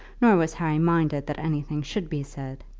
nor was harry minded that anything should be said.